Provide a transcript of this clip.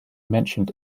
mentioned